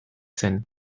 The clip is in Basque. zen